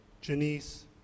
Janice